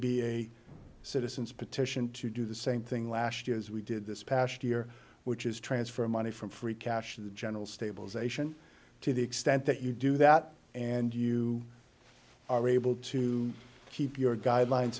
be a citizens petition to do the same thing last year as we did this past year which is transfer of money from free cash to the general stabilization to the extent that you do that and you are able to keep your guidelines